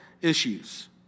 issues